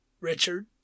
Richard